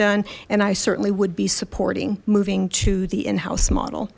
done and i certainly would be supporting moving to the in house model